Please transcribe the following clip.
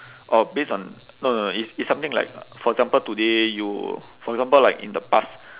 orh based on no no no it's it's something like for example today you for example like in the past